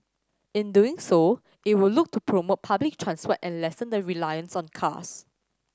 in doing so it will look to promote public and lessen the reliance on cars